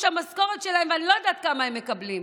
המשכורת שלהם ואני לא יודעת כמה הם מקבלים.